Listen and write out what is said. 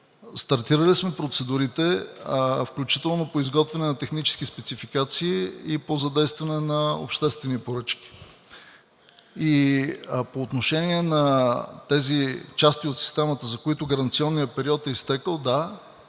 Стартирали сме процедурите, включително по изготвяне на технически спецификации и по задействане на обществени поръчки. По отношение на тези части от системата, за които гаранционният период е изтекъл, да,